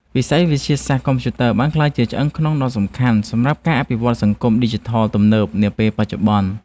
វិស័យវិទ្យាសាស្ត្រកុំព្យូទ័របានក្លាយជាឆ្អឹងខ្នងដ៏សំខាន់សម្រាប់ការអភិវឌ្ឍសង្គមឌីជីថលទំនើបនាពេលបច្ចុប្បន្ន។